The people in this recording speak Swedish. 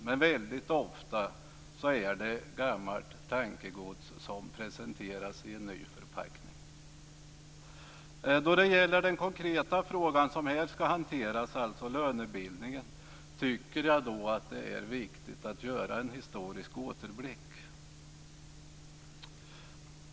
Men väldigt ofta är det gammalt tankegods som presenteras i en ny förpackning. Då det gäller den konkreta fråga som här ska hanteras, dvs. lönebildningen, tycker jag att det är viktigt att göra en historisk återblick.